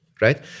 right